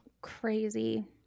crazy